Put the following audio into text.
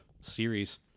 series